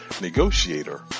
Negotiator